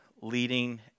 leading